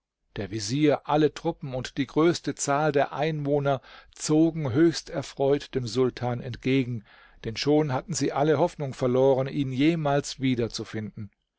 der vezier alle truppen und die größte zahl der einwohner zogen höchst erfreut dem sultan entgegen denn schon hatten sie alle hoffnung verloren ihn jemals wiederzufinden